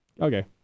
Okay